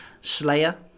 slayer